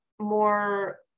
more